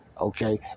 Okay